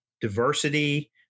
diversity